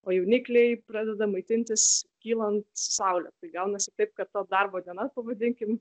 o jaunikliai pradeda maitintis kylant saulei tai gaunasi taip kad ta darbo diena pavadinkim